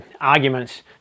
arguments